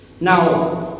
Now